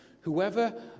whoever